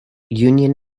union